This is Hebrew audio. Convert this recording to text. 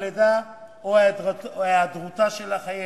הלידה או היעדרותה של החיילת.